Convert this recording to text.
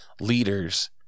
leaders